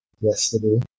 yesterday